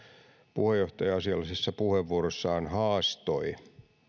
puheenjohtaja asiallisessa puheenvuorossaan haastoi